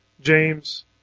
james